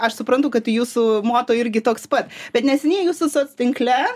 aš suprantu kad jūsų moto irgi toks pat bet neseniai jūsų soc tinkle